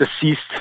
deceased